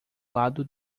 lado